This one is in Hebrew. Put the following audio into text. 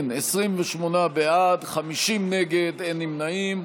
אם כן, 28 בעד, 50 נגד, אין נמנעים.